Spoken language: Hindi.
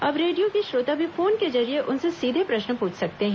अब रेडियो के श्रोता भी फोन के जरिए उनसे सीधे प्रश्न पूछ सकते हैं